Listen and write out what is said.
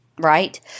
Right